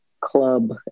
club